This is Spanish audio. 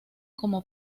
como